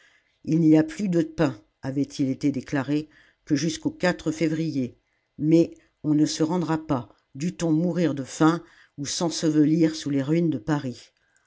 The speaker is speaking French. il n'y a plus de pain avait-il été déclaré que jusquau février mais on ne se rendra pas dût-on mourir de faim ou s'ensevelir sous les ruines de paris